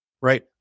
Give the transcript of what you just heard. right